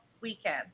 weekend